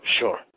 Sure